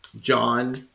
John